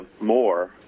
more